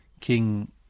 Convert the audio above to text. King